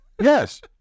yes